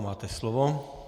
Máte slovo.